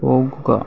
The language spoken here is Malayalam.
പോകുക